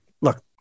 Look